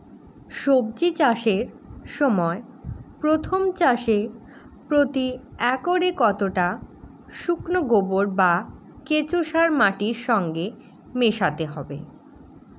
সবজি চাষের সময় প্রথম চাষে প্রতি একরে কতটা শুকনো গোবর বা কেঁচো সার মাটির সঙ্গে মেশাতে হবে?